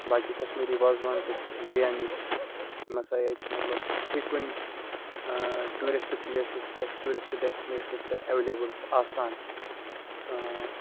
باقٕے کَشمیٖری وازوان تہِ چھِ بِریانی چھِ یِم ہَسا ییٚتہِ مطلب فی کُنہِ ٹیوٗرِسٹ پٕلیسَس پٮ۪ٹھ ٹیوٗرِسٹ ڈیسٹٕنیشَنَس پٮ۪ٹھ ایٚولیبٕل چھِ آسان